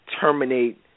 terminate